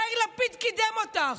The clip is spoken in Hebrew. יאיר לפיד קידם אותך.